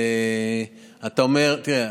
תראה,